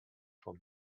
for